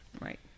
right